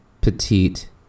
petite